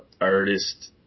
artist